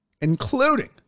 including